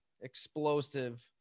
explosive